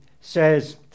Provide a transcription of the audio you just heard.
says